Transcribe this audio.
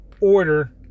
order